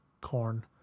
corn